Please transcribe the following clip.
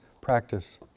practice